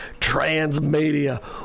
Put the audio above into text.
transmedia